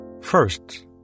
First